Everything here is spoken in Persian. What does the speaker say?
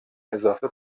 اضافه